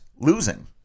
losing